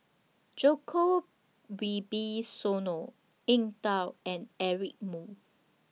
Djoko Wibisono Eng Tow and Eric Moo